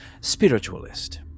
spiritualist